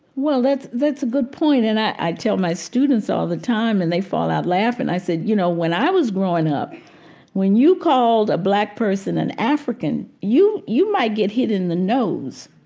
well, that's that's a good point. and i tell my students all the time and they fall out laughing, i said, you know, when i was growing up when you called a black person an african you you might get hit in the nose.